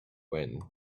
when